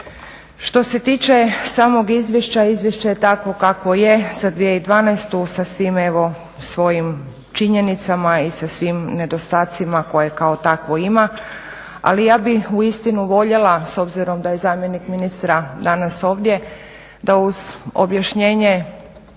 Što se tiče samog izvješća, izvješće je takvo kakvo je za 2012. sa svim evo svojim činjenicama i sa svim nedostacima koje kao takvo ima ali ja bih uistinu voljela s obzirom da je zamjenik ministra danas ovdje da uz objašnjenje